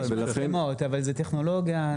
זו טכנולוגיה.